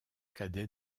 cadet